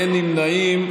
אין נמנעים.